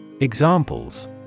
Examples